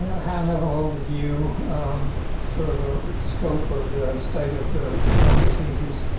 high level overview sort of the scope of the state of the tick-borne diseases.